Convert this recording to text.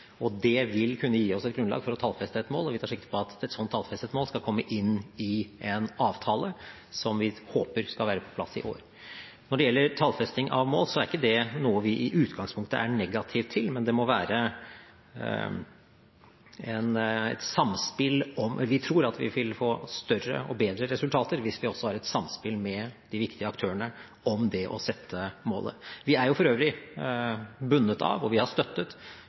og det vil kunne gi oss et grunnlag for å tallfeste et mål, og vi tar sikte på at et sånt tallfestet mål skal komme inn i en avtale, som vi håper skal være på plass i år. Når det gjelder tallfesting av mål, er ikke det noe vi i utgangspunktet er negative til, men vi tror vi vil få større og bedre resultater hvis vi også har et samspill med de viktige aktørene om det å sette målet. Vi er for øvrig bundet av, og vi har støttet,